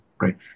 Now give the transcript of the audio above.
right